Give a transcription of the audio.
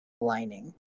lining